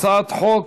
הצעת חוק